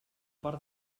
part